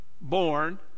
born